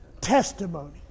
testimony